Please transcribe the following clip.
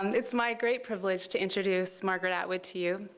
um it's my great privilege to introduce margaret atwood to you.